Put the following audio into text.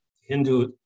Hindu